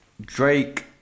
Drake